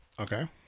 okay